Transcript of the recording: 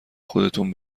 خودتون